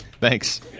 thanks